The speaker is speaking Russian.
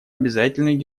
обязательную